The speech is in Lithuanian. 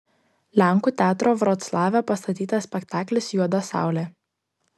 lenkų teatro vroclave pastatytas spektaklis juoda saulė